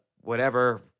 whatever-